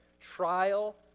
trial